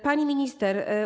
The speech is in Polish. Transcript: Pani Minister!